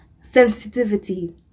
sensitivity